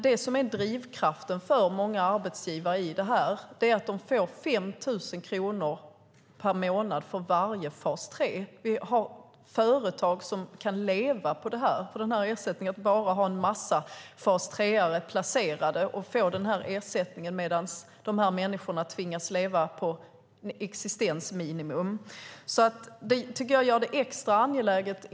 Det som är drivkraften för många arbetsgivare i detta är att de får 5 000 kronor per månad för varje person i fas 3. Vi har företag som kan leva på den ersättningen. De har en mängd fas 3:are placerade och får ersättningen medan dessa människor tvingas leva på existensminimum. Detta gör det extra angeläget.